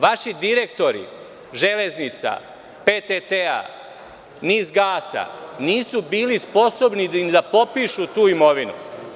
Vaši direktori „Železnica“, PTT, „NIS“ gasa, nisu bili sposobni da popišu tu imovinu.